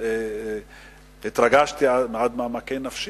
כמעט התרגשתי עד עמקי נפשי.